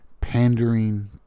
pandering